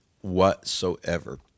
whatsoever